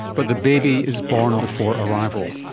but the baby is born before arrival.